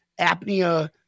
apnea